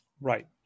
Right